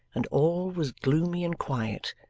and all was gloomy and quiet,